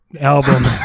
album